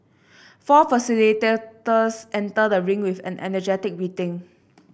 four facilitators enter the ring with an energetic greeting